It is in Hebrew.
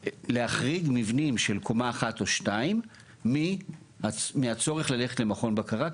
להחריג מבנים של קומה אחת או שתיים מהצורך ללכת למכון בקרה,